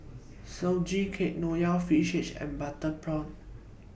Sugee Cake Nonya Fish Head and Butter Prawn